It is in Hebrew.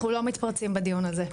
אנחנו לא מתפרצים בדיון הזה.